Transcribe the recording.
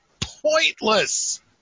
pointless